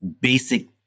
basic